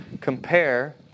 compare